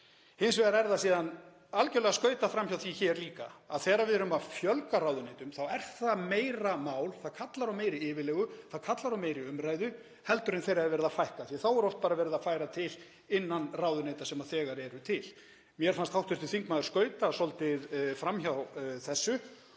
Hins vegar er algjörlega skautað fram hjá því hér líka að þegar við erum að fjölga ráðuneytum þá er það meira mál, það kallar á meiri yfirlegu, það kallar á meiri umræðu en þegar verið er að fækka þeim því að þá er oft bara verið að færa til innan ráðuneyta sem þegar eru til. Mér fannst hv. þingmaður skauta svolítið fram hjá þessu.